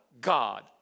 God